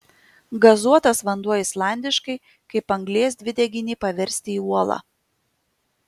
gazuotas vanduo islandiškai kaip anglies dvideginį paversti į uolą